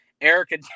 Erica